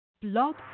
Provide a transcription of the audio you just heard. Blog